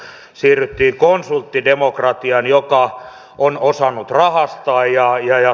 siirryttiin konsulttidemokratiaan joka on osannut rahastaa